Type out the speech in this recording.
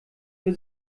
für